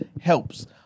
helps